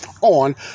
on